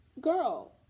Girl